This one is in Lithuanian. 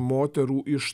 moterų iš